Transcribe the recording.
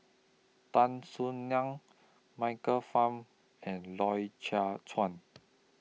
Tan Soo NAN Michael Fam and Loy Chye Chuan